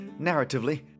narratively